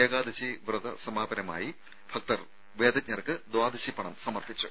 ഏകാദശി വ്രത സമാപനമായി ഭക്തർ വേദ ജ്ഞർക്ക് ദ്വാദശിപ്പണം സമർപ്പിച്ചു